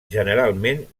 generalment